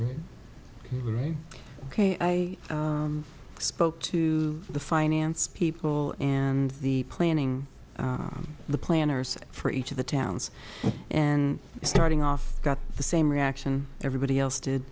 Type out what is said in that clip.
the right ok i spoke to the finance people and the planning the planners for each of the towns and starting off got the same reaction everybody else did